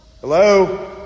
Hello